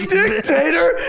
dictator